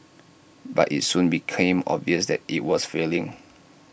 but IT soon became obvious that IT was failing